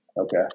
Okay